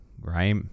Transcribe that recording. right